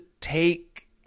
take